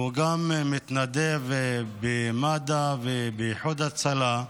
והוא גם מתנדב במד"א ובאיחוד הצלה,